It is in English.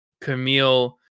Camille